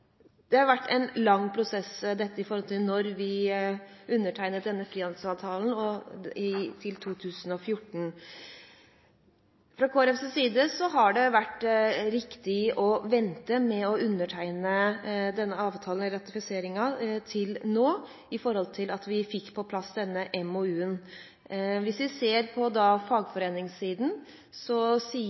Det har vært en lang prosess – fra vi undertegnet denne frihandelsavtalen, og fram til 2014. Fra Kristelig Folkepartis side har det vært riktig å vente med ratifiseringen av avtalen, slik at vi fikk på plass MoU-en. Hvis vi ser på dette fra fagforeningssiden, sier lederen av LO, Gerd Kristiansen, at det var en stor seier da